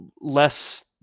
less